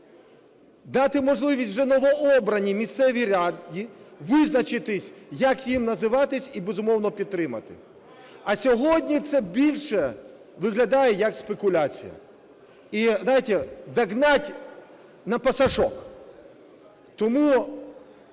дати можливість вже новообраній місцевій раді визначитись, як їм називатись, і, безумовно, підтримати. А сьогодні це більше виглядає як спекуляція. І, знаєте, "догнать на посошок". Тому